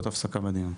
הדיון.